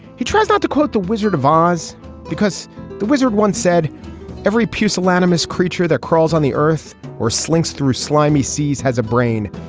he tries not to quote the wizard of oz because the wizard once said every pusillanimous creature that crawls on the earth or slinks through slimy seas has a brain.